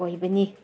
ꯑꯣꯏꯕꯅꯤ